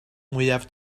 mwyaf